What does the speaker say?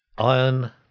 Iron